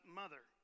mother